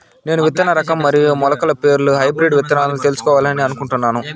నేను విత్తన రకం మరియు మొలకల పేర్లు హైబ్రిడ్ విత్తనాలను తెలుసుకోవాలని అనుకుంటున్నాను?